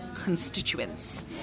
constituents